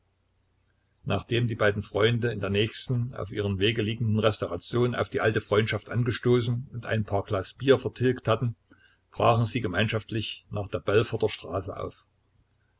nachdem die beiden freunde in der nächsten auf ihrem wege liegenden restauration auf die alte freundschaft angestoßen und ein paar glas bier vertilgt hatten brachen sie gemeinschaftlich nach der belforter straße auf